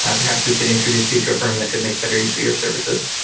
ah perhaps we could introduce you to a firm that could make better use of your services.